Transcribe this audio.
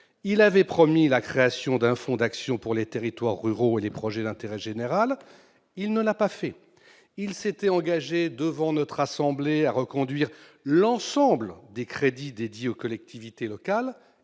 Il avait promis la création d'un « fonds d'action pour les territoires ruraux et les projets d'intérêt général »; il ne l'a pas fait. Il s'était engagé devant le Sénat à reconduire l'ensemble des crédits dédiés aux collectivités locales